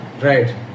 Right